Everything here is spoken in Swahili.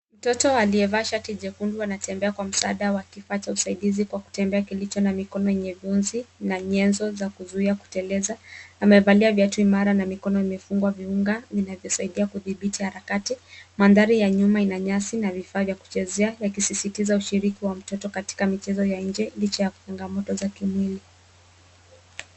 Mtoto aliyevaa shati jekundu anatembea kwa msaada wa kifaa cha usaidizi kwa kutembea kilicho na mikono yenye viunzi na nyenzo za kuzuia kuteleza. Amevalia viatu imara na mikono imefungwa viunga vinavyosaidia kudhibiti harakati. Mandhari ya nyuma ina nyasi na vifaa vya kuchezea yakisisitiza ushiriki wa mtoto katika michezo ya nje licha ya changamoto za kimwili.